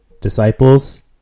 disciples